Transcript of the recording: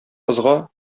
кызга